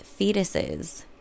fetuses